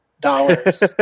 dollars